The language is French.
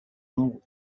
nombres